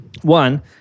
One